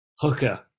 Hooker